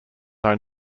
own